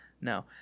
No